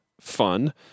fun